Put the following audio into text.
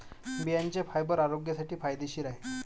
बियांचे फायबर आरोग्यासाठी फायदेशीर आहे